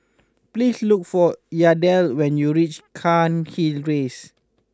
please look for Yadiel when you reach Cairnhill Rise